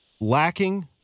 lacking